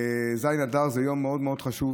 ז' באדר זה יום מאוד חשוב,